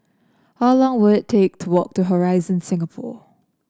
how long will it take to walk to Horizon Singapore